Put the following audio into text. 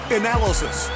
analysis